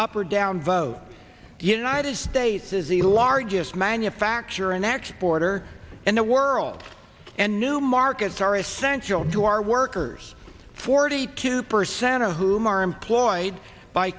up or down vote the united states is the largest manufacturer in export or in the world and new markets are essential to our workers forty two percent of whom are employed by